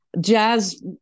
jazz